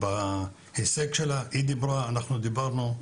בהישג שלה, היא דיברה, אנחנו דיברנו.